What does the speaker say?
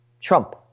Trump